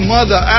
Mother